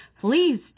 Please